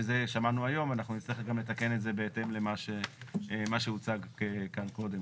שזה שמענו היום ואנחנו נצטרך גם לתקן את זה בהתאם למה שהוצג כאן קודם,